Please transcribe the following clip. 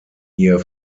hier